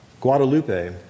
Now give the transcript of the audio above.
Guadalupe